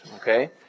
okay